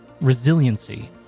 resiliency